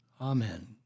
Amen